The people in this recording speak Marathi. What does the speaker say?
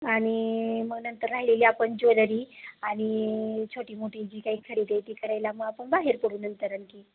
आणि मग नंतर राहिलेली आपण ज्वेलरी आणि छोटी मोठी जी काही खरेदी आहे ती करायला मग आपण बाहेर पडू नंतर आणखी